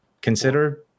consider